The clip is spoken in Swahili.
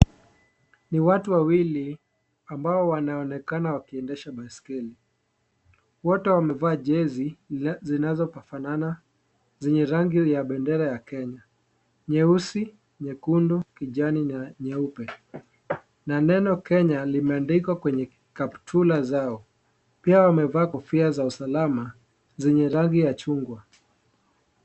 Ni watu wawili ambao wanaonekana wakiendesha baiskeli, wote wamevaa jersey zinazofanana zenye rangi ya bendera ya Kenya, nyeusi, nyekundu, kijani na nyeupe na neno Kenya limeandikwa kwenye kaptura zao. Pia wamevaa kofia za usalama zenye rangi ya chungwa.